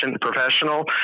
professional